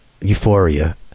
euphoria